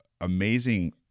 amazing